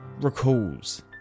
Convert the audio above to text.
recalls